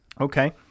Okay